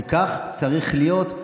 וכך צריך להיות.